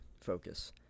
focus